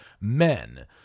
Men